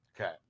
Okay